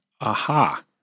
aha